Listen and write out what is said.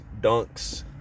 dunks